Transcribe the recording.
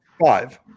Five